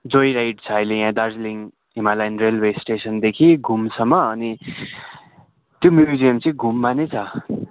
जोई राइड छ अहिले यहाँ दार्जिलिङ हिमालयन रेलवे स्टेसनदेखि घुमसम्म अनि त्यो म्युजियम चाहिँ घुममा नै छ